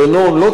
לא תהיה מוכן,